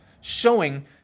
showing